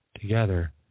together